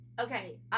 Okay